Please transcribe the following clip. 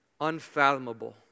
unfathomable